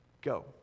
go